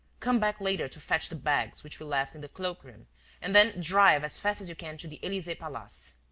come back later to fetch the bags which we left in the cloak room and then drive as fast as you can to the elysee-palace.